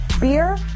Beer